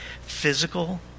physical